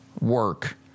work